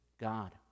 God